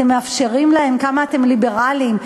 אתם מאפשרים להם, כמה אתם ליברלים.